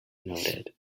noted